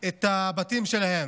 את הבתים שלהם.